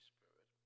Spirit